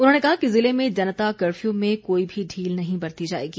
उन्होंने कहा कि जिले में जनता कफ्यू में कोई भी ढील नहीं बरती जाएगी